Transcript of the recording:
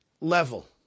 level